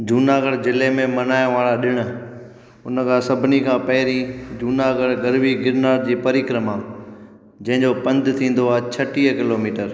जूनागढ़ जिले में मल्हाइण वारा ॾिणु उन खां सभिनी खां पहिरीं जूनागढ़ गरवी गिरनार जी परिक्रमा जंहिंजो पंधि थींदो आहे छटीह किलोमीटर